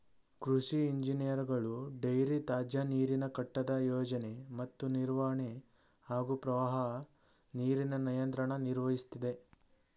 ಕೃಷಿ ಇಂಜಿನಿಯರ್ಗಳು ಡೈರಿ ತ್ಯಾಜ್ಯನೀರಿನ ಕಟ್ಟಡದ ಯೋಜನೆ ಮತ್ತು ನಿರ್ವಹಣೆ ಹಾಗೂ ಪ್ರವಾಹ ನೀರಿನ ನಿಯಂತ್ರಣ ನಿರ್ವಹಿಸ್ತದೆ